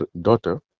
daughter